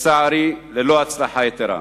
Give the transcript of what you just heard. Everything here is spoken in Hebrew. ולצערי ללא הצלחה יתירה.